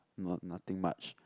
not nothing much